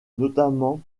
notamment